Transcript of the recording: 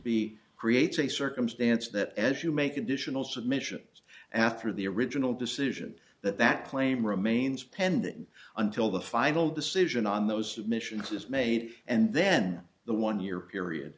b creates a circumstance that as you make additional submissions after the original decision that that claim remains pending until the final decision on those admissions is made and then the one year period